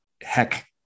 heck